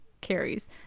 carries